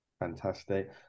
fantastic